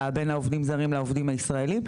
בין העובדים הזרים לעובדים הישראלים.